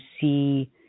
see